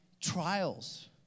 trials